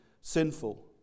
sinful